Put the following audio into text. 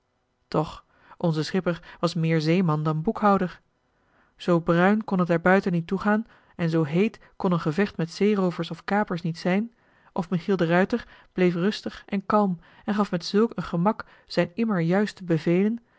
toch onze schipper was meer zeeman dan boekhouder zoo bruin kon het daarbuiten niet toegaan en zoo heet kon een gevecht met zeeroovers of kapers niet zijn of michiel de ruijter bleef rustig en kalm en gaf met zulk een gemak zijn immer juiste bevelen